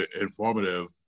informative